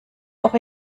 auch